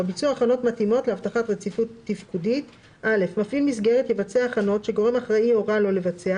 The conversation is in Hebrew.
"ביצוע הכנות מתאימות להבטחת רציפות תפקודית 24. מפעיל מסגרת יבצע הכנות שגורם אחראי הורה לו לבצע,